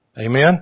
Amen